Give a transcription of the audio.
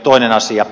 toinen asia